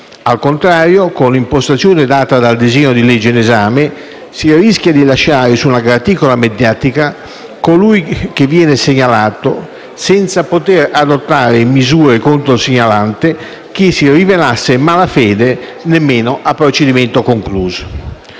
Al contrario, con l'impostazione data dal disegno di legge in esame si rischia di lasciare su una graticola mediatica colui che viene segnalato, senza potere adottare misure contro il segnalante, che si rivelasse in mala fede, nemmeno a procedimento concluso.